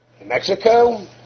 Mexico